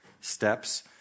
steps